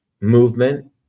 movement